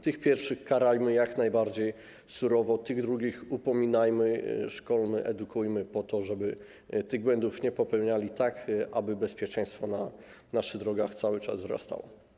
Tych pierwszych karzmy jak najbardziej surowo, tych drugich upominajmy, szkolmy, edukujmy po to, żeby tych błędów nie popełniali i aby bezpieczeństwo na naszych drogach cały czas wzrastało.